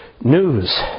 news